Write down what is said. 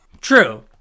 True